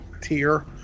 tier